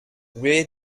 where